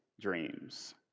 dreams